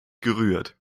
gerührt